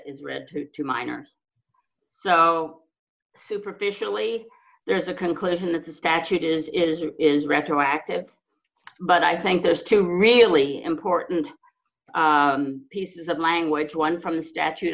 is read to to minors so superficially there's a conclusion that the statute is or is retroactive but i think those two really important pieces of language one from the statute